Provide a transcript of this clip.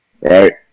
right